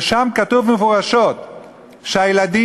ושם כתוב מפורשות שהילדים,